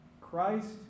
Christ